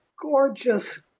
gorgeous